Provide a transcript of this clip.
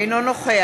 בעד